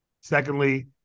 Secondly